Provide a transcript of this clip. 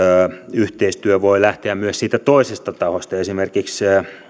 yhteistyö voi lähteä myös siitä toisesta tahosta esimerkiksi